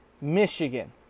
Michigan